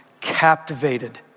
captivated